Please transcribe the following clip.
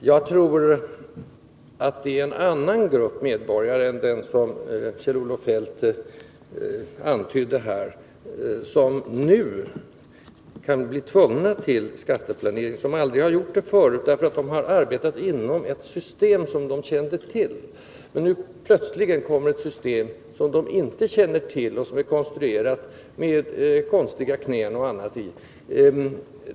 Herr talman! Jag tror att det är en annan grupp medborgare än den som Kjell-Olof Feldt här antydde som nu kan bli tvungen till skatteplanering och som aldrig gjort det förut, eftersom den har arbetat efter ett system, som man Nr 26 kände till. Nu plötsligt kommer ett system som dessa medborgare inte känner Måndagen den till och som är konstruerat med ”knän” och spärrar.